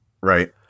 Right